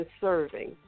serving